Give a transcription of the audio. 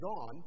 on